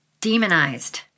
Demonized